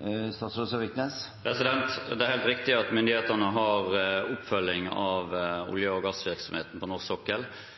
Det er helt riktig at myndighetene har oppfølging av olje- og gassvirksomheten på norsk sokkel